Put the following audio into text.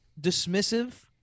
dismissive